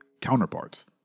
counterparts